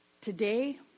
Today